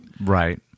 Right